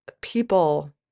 people